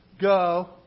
Go